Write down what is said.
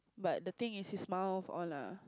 but the thing is his mouth all lah